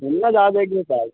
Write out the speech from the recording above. তোমরা যা দেখবে তাই